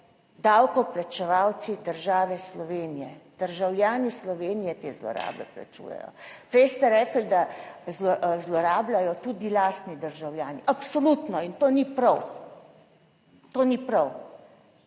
davkoplačevalci države Slovenije, državljani Slovenije te zlorabe plačujejo. Prej ste rekli, da zlorabljajo tudi lastni državljani, absolutno in to ni prav, to ni prav,